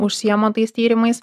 užsijema tais tyrimais